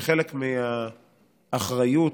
כחלק מהאחריות,